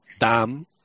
Dam